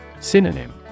Synonym